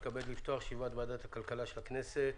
אני מתכבד לפתוח את ישיבת ועדת הכלכלה של הכנסת,